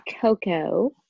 coco